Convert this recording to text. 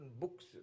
books